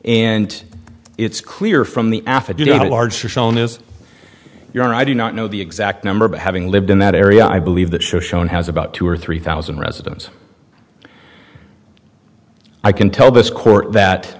and it's clear from the affidavit a large shown is your honor i do not know the exact number but having lived in that area i believe that show shown has about two or three thousand residents i can tell this court that